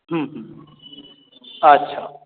हूॅं हूॅं अच्छा